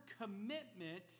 commitment